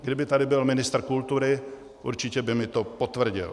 Kdyby tady byl ministr kultury, určitě by mi to potvrdil.